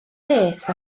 beth